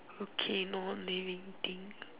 okay non living thing